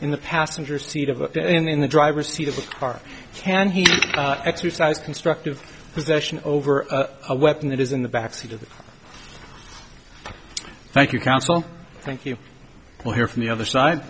in the passenger seat of a in the driver's car can he exercise constructive possession over a weapon that is in the back seat of the thank you counsel thank you we'll hear from the other side